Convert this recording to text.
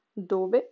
Dove